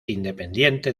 independiente